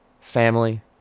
Family